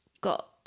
got